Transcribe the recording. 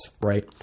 right